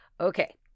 Okay